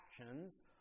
actions